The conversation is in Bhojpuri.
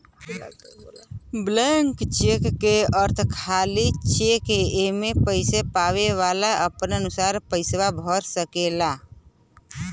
ब्लैंक चेक क अर्थ खाली चेक एमन पैसा पावे वाला अपने अनुसार पैसा भर सकेला